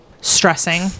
stressing